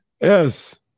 Yes